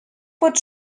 pot